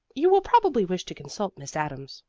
you will probably wish to consult miss adams,